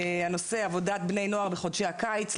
עבודת בני הנוער בחודשי הקיץ,